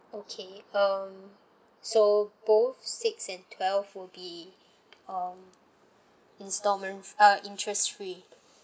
okay um so both six and twelve will be um instalment uh interest free